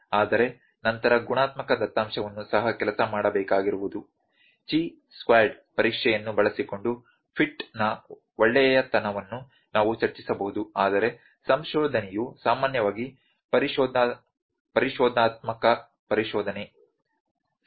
ಆದರೆ ನಂತರ ಗುಣಾತ್ಮಕ ದತ್ತಾಂಶವನ್ನು ಸಹ ಕೆಲಸ ಮಾಡಬೇಕಾಗಿರುವುದು ಚಿ ಸ್ಕ್ವೇರ್ಡ್ ಪರೀಕ್ಷೆಯನ್ನು ಬಳಸಿಕೊಂಡು ಫಿಟ್ನ ಒಳ್ಳೆಯತನವನ್ನು ನಾವು ಚರ್ಚಿಸಬಹುದು ಆದರೆ ಸಂಶೋಧನೆಯು ಸಾಮಾನ್ಯವಾಗಿ ಪರಿಶೋಧನಾತ್ಮಕ ಪರಿಶೋಧನೆ ಸರಿ